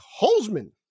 Holzman